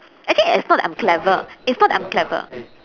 actually it's not that I'm clever it's not that I'm clever